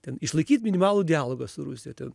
ten išlaikyt minimalų dialogą su rusija ten